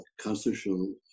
constitutional